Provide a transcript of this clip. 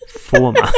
former